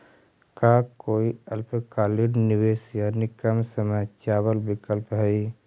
का कोई अल्पकालिक निवेश यानी कम समय चावल विकल्प हई?